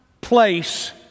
place